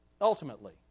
ultimately